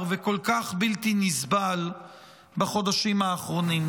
וכל כך בלתי נסבל בחודשים האחרונים.